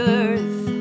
earth